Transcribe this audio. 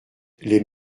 les